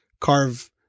carve